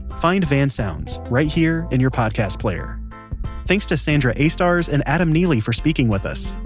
find van sounds right here in your podcast player thanks to sandra aistars and adam neely for speaking with us.